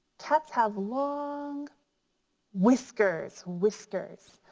cats have long whiskers, whiskers.